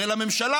הרי לממשלה